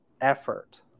effort